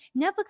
Netflix